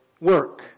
work